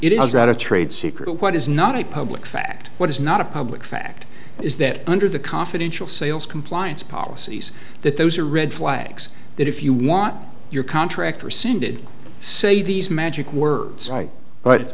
is not a trade secret what is not a public fact what is not a public fact is that under the confidential sales compliance policies that those are red flags that if you want your contract rescinded say these magic words but it's